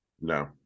No